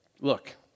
look